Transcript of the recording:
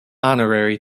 honorary